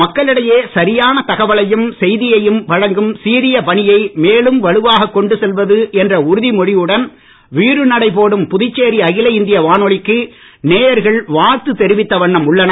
மக்களிடையே சரியான தகவலையும் செய்தியையும் வழங்கும் சீரிய பணியை மேலும் வலுவாக கொண்டு செல்வது என்ற உறுதிமொழியுடன் வீறுநடை போடும் புதுச்சேரி அகில இந்திய வானொலிக்கு நேயர்கள் வாழ்த்து தெரிவித்த வண்ணம் உள்ளனர்